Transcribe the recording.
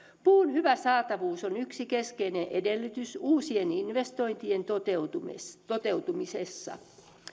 puun hyvä saatavuus on yksi keskeinen edellytys uusien investointien toteutumisessa toteutumisessa